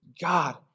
God